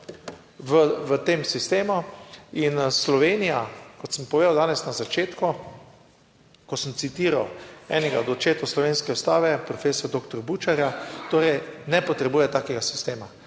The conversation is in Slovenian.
v tem sistemu in Slovenija, kot sem povedal danes na začetku, ko sem citiral enega od očetov slovenske Ustave, profesorja doktorja Bučarja, torej ne potrebuje takega sistema.